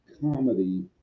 comedy